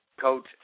coach